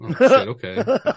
okay